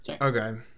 okay